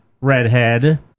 redhead